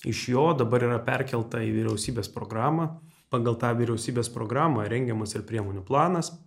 iš jo dabar yra perkelta į vyriausybės programą pagal tą vyriausybės programą rengiamas ir priemonių planas